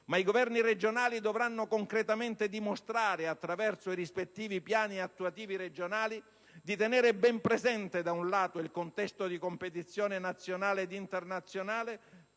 ma i governi regionali dovranno concretamente dimostrare, attraverso i rispettivi Piani attuativi regionali, di tenere ben presente, da un lato il contesto di competizione nazionale ed internazionale